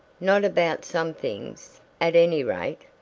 not about some things, at any rate.